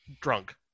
drunk